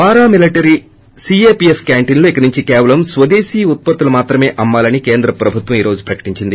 paramilitary CAPF క్యాంటీన్లలో ఇక నుంచి కేవలం స్వదేశీ ఉత్పత్తులను మాత్రమే అమ్మాలని కేంద్ర ప్రభుత్వం ఈ రోజు ప్రకటించింది